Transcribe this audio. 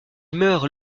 meurt